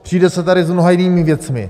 Přijde se tady s mnoha jinými věcmi.